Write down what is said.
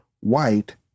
white